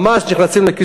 ממש נכנסים לכיס